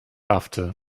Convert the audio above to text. after